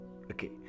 Okay